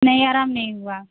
नहीं आराम नहीं हुआ